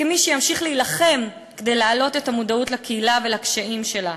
כמי שימשיך להילחם כדי להעלות את המודעות לקהילה ולקשיים שלה,